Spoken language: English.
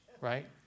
Right